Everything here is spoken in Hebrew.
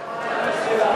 נתקבלה.